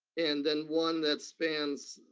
and then one that spans,